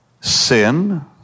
sin